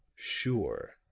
sure.